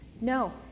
No